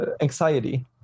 anxiety